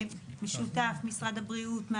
משרד הבריאות.